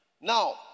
Now